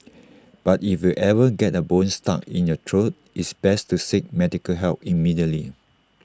but if you ever get A bone stuck in your throat it's best to seek medical help immediately